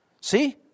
See